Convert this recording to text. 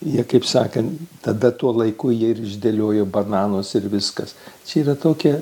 jie kaip sakant tada tuo laiku jie ir išdėliojo bananus ir viskas čia yra tokia